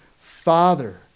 father